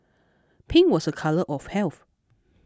pink was a colour of health